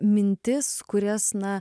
mintis kurias na